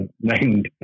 named